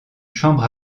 chambre